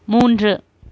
மூன்று